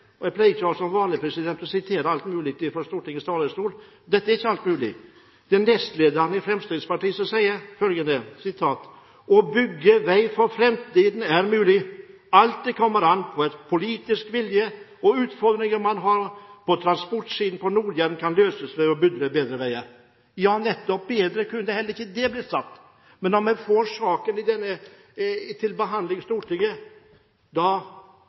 2009. Jeg pleier ikke å ha for vane å sitere alt mulig fra Stortingets talerstol, men dette er ikke alt mulig, det er nestlederen i Fremskrittspartiet som sier følgende: «Å bygge vei for framtiden er mulig. Alt det kommer an på er politisk vilje. Og utfordringene man har på transportsiden på Nord-Jæren kan løses ved å bygge bedre veier.» Ja, bedre kunne det heller ikke blitt sagt. Men når man får denne saken til behandling i Stortinget,